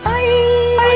Bye